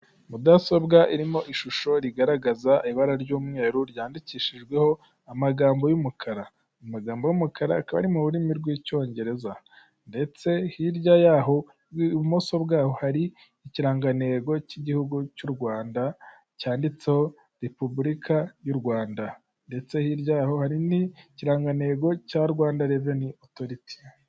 Mudasobwa irimo ishusho rigaragaza ibara ry'umweru ryandikishijweho amagambo y'umukarakara, amagambo y'umukara akaba akaba ari mu rurimi rw'icyongereza ndetse hirya y'aho ibumoso bwaho hari ikirangantego cy'igihugu cy'u Rwanda cyanditseho repubulika y'u Rwanda ndetse hirya ho hari n ikirangantego cya Rwanda reveni otoriti.